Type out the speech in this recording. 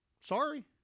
Sorry